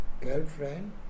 girlfriend